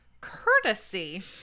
courtesy